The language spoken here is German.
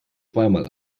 zweimal